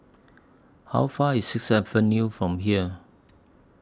How Far IS Sixth Avenue from here